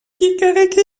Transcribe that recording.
kikeriki